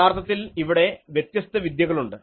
യഥാർത്ഥത്തിൽ ഇവിടെ വ്യത്യസ്ത വിദ്യകളുണ്ട്